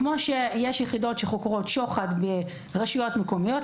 כמו שיש יחידות שחוקרות שוחד ברשויות מקומיות,